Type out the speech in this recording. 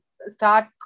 start